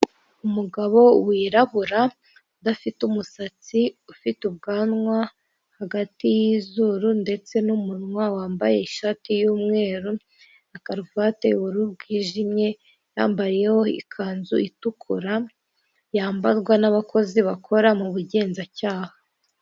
Umugabo wirabura udafite umusatsi ufite ubwanwa hagati y'izuru ndetse n'umunwa wambaye ishati y'umweru na karuvati y'ubururu bwijimye, yambaye ikanzu itukura yambarwa n'abakozi bakora mu bugenzacyaha.